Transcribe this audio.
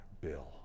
Bill